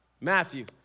Matthew